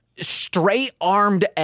straight-armed